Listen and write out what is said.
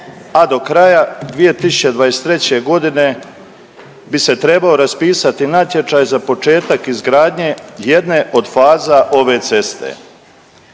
a do kraja 2023. godine bi se trebao raspisati natječaj za početak izgradnje jedne od faza ove ceste.